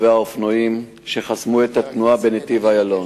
רוכבי האופנועים שחסמו את התנועה בנתיבי-איילון.